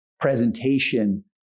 presentation